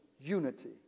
unity